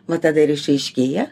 va tada ir išaiškėja